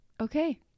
Okay